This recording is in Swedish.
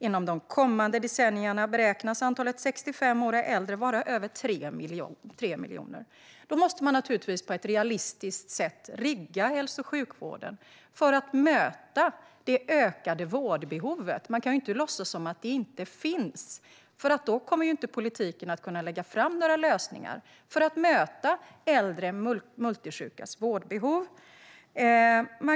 Inom de kommande decennierna beräknas antalet 65 år och äldre vara över 3 miljoner. Då måste man naturligtvis på ett realistiskt sätt rigga hälso och sjukvården för att möta det ökade vårdbehovet. Man kan inte låtsas som att det inte finns. Då kommer politiken inte att kunna lägga fram några lösningar för att möta äldre multisjukas vårdbehov.